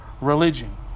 religion